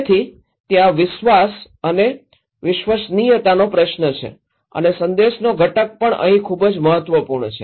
તેથી ત્યાં વિશ્વાસ અને વિશ્વસનીયતાનો પ્રશ્ન છે અને સંદેશનો ઘટક પણ અહીં ખૂબ જ મહત્વપૂર્ણ છે